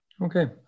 Okay